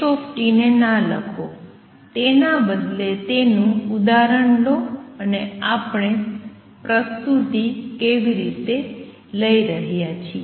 x ના લખો તેના બદલે તેનું ઉદાહરણ લો અને આપણે પ્રસ્તુતિ કેવી રીતે લઈ રહ્યા છીએ